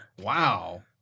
Wow